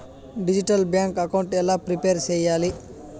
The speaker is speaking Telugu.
డిజిటల్ బ్యాంకు అకౌంట్ ఎలా ప్రిపేర్ సెయ్యాలి?